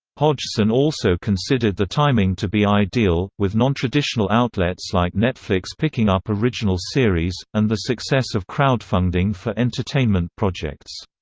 hodgson also considered the timing to be ideal, with non-traditional outlets like netflix picking up original series, and the success of crowdfunding for entertainment projects.